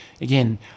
Again